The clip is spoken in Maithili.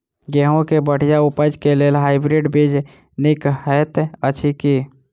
गेंहूँ केँ बढ़िया उपज केँ लेल हाइब्रिड बीज नीक हएत अछि की?